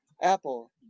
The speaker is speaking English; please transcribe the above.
Apple